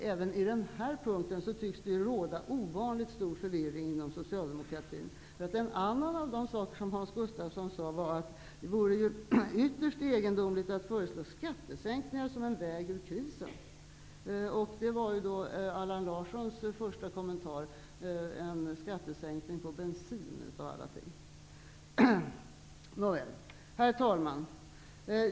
Även på denna punkt tycks det råda ovanligt stor förvirring inom socialdemokratin. En annan av de saker som Hans Gustafsson sade var att det vore ytterst egendomligt att föreslå skattesänkningar såsom en väg ur krisen. Av alla ting föreslår då Herr talman!